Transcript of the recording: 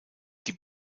die